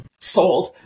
Sold